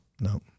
No